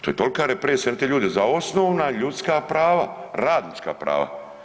To je tolika represija na te ljude za osnovna ljudska prava, radnička prava.